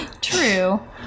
True